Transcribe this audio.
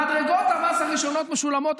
מדרגות המס הראשונות משולמות,